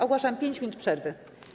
Ogłaszam 5 minut przerwy.